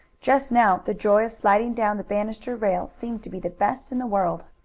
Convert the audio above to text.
just now the joy of sliding down the banister rail seemed to be the best in the world.